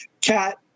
Cat